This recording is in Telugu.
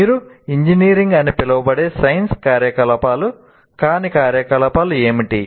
మీరు ఇంజనీరింగ్ అని పిలవబడే సైన్స్ కార్యకలాపాలు కాని కార్యకలాపాలు ఏమిటి